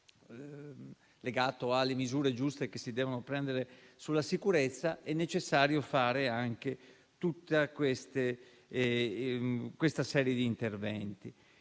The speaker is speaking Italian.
legato solo alle misure giuste che devono essere prese sulla sicurezza, ma è necessario fare anche tutta questa serie di interventi.